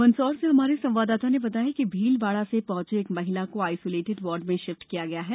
मंदसौर से हमारे संवाददाता ने बताया है कि भीलवाड़ा से पहुंची एक महिला को आइसोलेटेड वार्ड में शिफट किया गया है